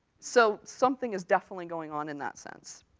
so, something is definitely going on in that sense.